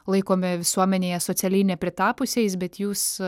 laikomi visuomenėje socialiai nepritapusiais bet jūs